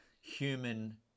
human